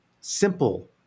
simple